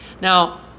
Now